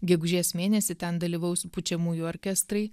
gegužės mėnesį ten dalyvaus pučiamųjų orkestrai